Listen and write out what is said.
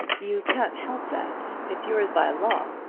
you can't help that. it's yours by law.